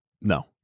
No